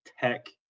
Tech